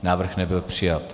Návrh nebyl přijat.